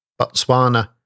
Botswana